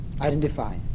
identify